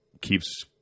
keeps